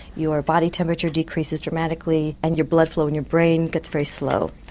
your body temperature decreases dramatically and your blood flow in your brain gets very slow.